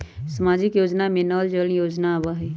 सामाजिक योजना में नल जल योजना आवहई?